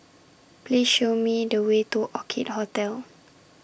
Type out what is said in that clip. Please Show Me The Way to Orchid Hotel